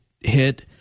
hit